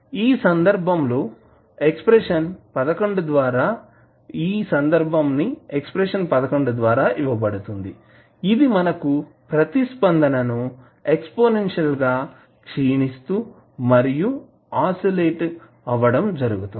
ఈ సందర్భంలో ఎక్స్ప్రెషన్ ద్వారా ఇవ్వబడుతుంది ఇది మనకు ప్రతిస్పందనను ఎక్స్పోనెన్షియల్ గా క్షీణిస్తూ మరియు ఆసిలేట్ అవ్వడం జరుగుతుంది